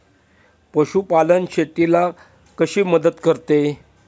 पशुपालन शेतीला कशी मदत करते?